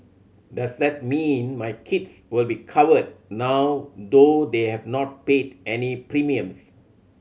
does that mean my kids will be covered now though they have not paid any premiums